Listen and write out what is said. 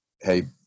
hey